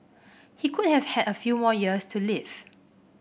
he could have had a few more years to live